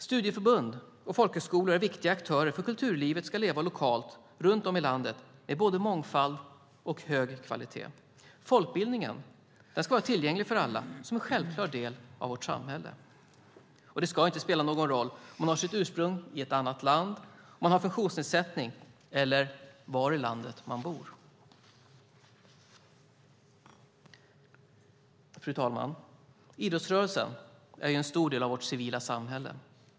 Studieförbund och folkhögskolor är viktiga aktörer för att kulturlivet ska leva lokalt runt om i landet med både mångfald och hög kvalitet. Folkbildningen ska vara tillgänglig för alla som en självklar del av vårt samhälle. Det ska inte spela någon roll om man har sitt ursprung i ett annat land, om man har en funktionsnedsättning eller var i landet man bor. Fru talman! Idrottsrörelsen är en stor del av vårt civila samhälle.